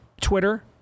Twitter